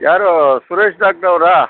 ಯಾರೂ ಸುರೇಶ್ ಡಾಕ್ಟ್ರ್ ಅವರ